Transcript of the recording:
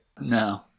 No